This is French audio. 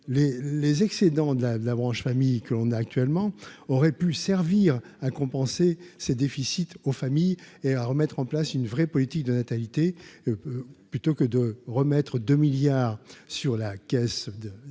les excédents de la de la branche famille qu'on a actuellement, aurait pu servir à compenser ses déficits aux familles et à remettre en place une vraie politique de natalité, plutôt que de remettre 2 milliards sur la caisse de